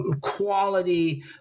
quality